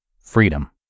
freedom